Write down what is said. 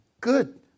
good